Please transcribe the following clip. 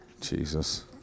Jesus